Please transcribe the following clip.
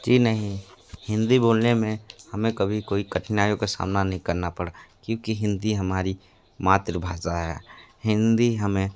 जी नहीं हिन्दी बोलने में हमें कभी कोई कठिनाइयों का सामना नहीं करना पड़ा क्योंकि हिन्दी हमारी मात्र भाषा है हिन्दी हमें